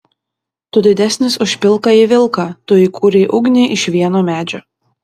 tu didesnis už pilkąjį vilką tu įkūrei ugnį iš vieno medžio